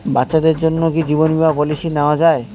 বাচ্চাদের জন্য কি জীবন বীমা পলিসি নেওয়া যায়?